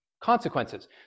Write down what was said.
Consequences